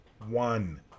one